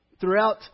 Throughout